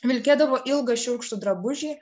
vilkėdavo ilgą šiurkštų drabužį